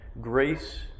Grace